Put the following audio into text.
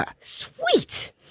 Sweet